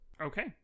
Okay